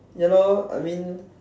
ya lor I mean